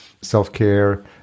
self-care